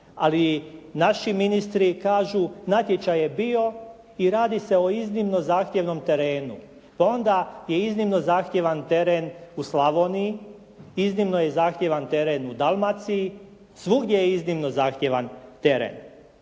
ali naši ministri kažu: «Natječaj je bio i radi se o iznimno zahtjevnom terenu.» To onda je iznimno zahtjevan teren u Slavoniji, iznimno je zahtjevan teren u Dalmaciji. Svugdje je iznimno zahtjevan teren.